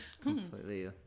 Completely